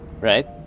right